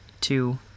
two